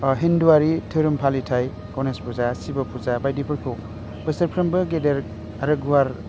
अह हिन्दुआरि धोरोम फालिथाइ गनेश फुजा शिब फुजा बायदिफोरखौ बोसोरफ्रोमबो गेदेर आरो गुवार